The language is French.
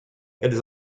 elles